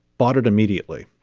bought it immediately.